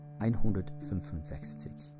165